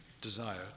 desire